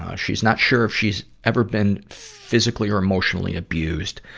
ah she's not sure if she's ever been physically or emotionally abused.